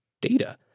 data